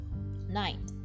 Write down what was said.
Nine